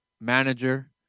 manager